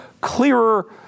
clearer